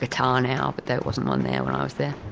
guitar now but there wasn't one there when i was there.